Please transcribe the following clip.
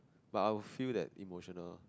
but I'll feel that emotional